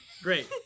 Great